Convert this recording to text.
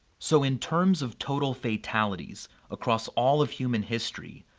so, in terms of total fatalities across all of human history,